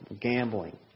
gambling